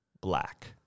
black